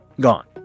gone